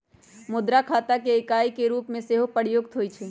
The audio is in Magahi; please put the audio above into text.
मुद्रा खता के इकाई के रूप में सेहो प्रयुक्त होइ छइ